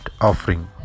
offering